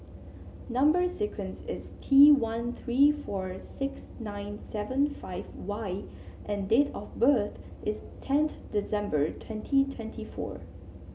number sequence is T one three four six nine seven five Y and date of birth is tenth December twenty twenty four